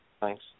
Thanks